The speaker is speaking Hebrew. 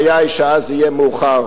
הבעיה היא שאז יהיה מאוחר.